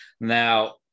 Now